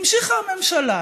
המשיכה הממשלה,